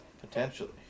Potentially